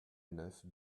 neuf